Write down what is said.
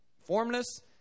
formless